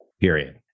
period